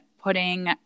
putting